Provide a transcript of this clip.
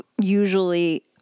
usually